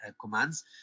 commands